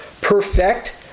perfect